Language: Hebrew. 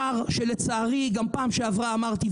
שלצערי גם בפעם שעברה אמרתי,